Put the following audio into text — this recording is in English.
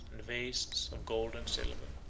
and vases of gold and silver,